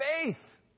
faith